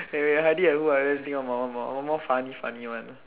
wait wait Heidi and who ah let me think of one more one more funny funny one